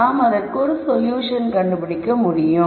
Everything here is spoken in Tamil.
நாம் அதற்கு ஒரு சொல்யூஷன் கண்டுபிடிக்க முடியும்